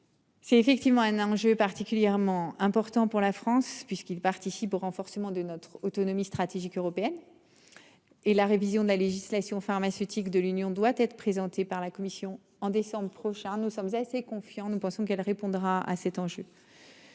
C'est effectivement un enjeu particulièrement important pour la France puisqu'ils participent au renforcement de notre autonomie stratégique européenne. Et la révision de la législation pharmaceutique de l'Union doit être présenté par la Commission en décembre prochain. Nous sommes assez confiants, nous pensons qu'elle répondra à cet enjeu.